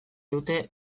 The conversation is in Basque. dute